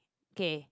okay